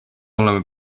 oleme